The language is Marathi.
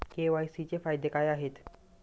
के.वाय.सी चे फायदे काय आहेत?